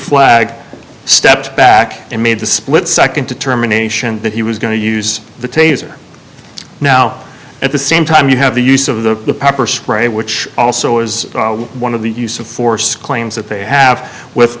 flag stepped back and made the split nd determination that he was going to use the taser now at the same time you have the use of the pepper spray which also is one of the use of force claims that they have with